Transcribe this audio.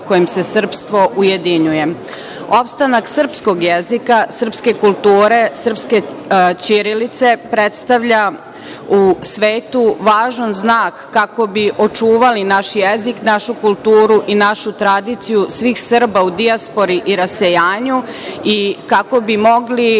kojim se srpstvo ujedinjuje. Opstanak srpskog jezika, srpske kulture, srpske ćirilice, predstavlja u svetu važan znak kako bi očuvali naš jezik, našu kulturu i našu tradiciju svih Srba u Dijaspori i rasejanju, i kako bi mogli